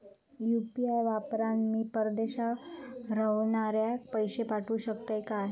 UPI वापरान मी परदेशाक रव्हनाऱ्याक पैशे पाठवु शकतय काय?